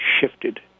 shifted